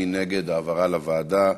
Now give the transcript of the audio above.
מי נגד העברה לוועדה?